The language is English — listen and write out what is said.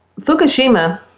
Fukushima